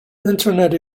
internet